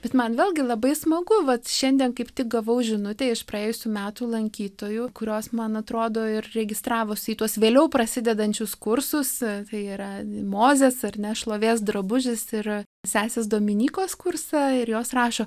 bet man vėlgi labai smagu vat šiandien kaip tik gavau žinutę iš praėjusių metų lankytojų kurios man atrodo ir registravosi į tuos vėliau prasidedančius kursus yra mozės ar ne šlovės drabužis ir sesės dominykos kursą ir jos rašo